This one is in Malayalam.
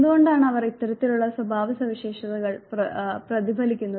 എന്തുകൊണ്ടാണ് അവർ ഇത്തരത്തിലുള്ള സ്വഭാവസവിശേഷതകൾ പ്രതിഫലിപ്പിക്കുന്നത്